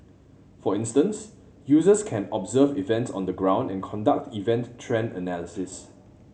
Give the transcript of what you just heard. for instance users can observe events on the ground and conduct event trend analysis